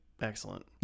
Excellent